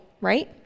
right